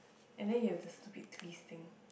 and then you have the stupid twist thing